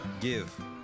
give